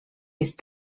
jest